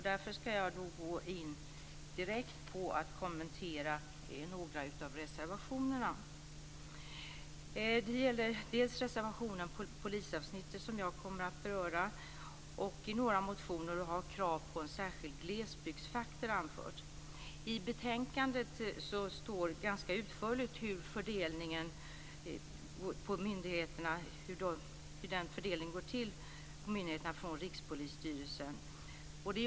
Därför ska jag direkt gå över till att kommentera några av reservationerna. Det gäller dels reservationen om polisavsnittet, dels några motioner där krav på en särskild glesbygdsfaktor ställts. I betänkandet står ganska utförligt hur fördelningen på myndigheterna från Rikspolisstyrelsen går till.